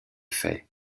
fait